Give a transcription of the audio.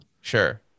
Sure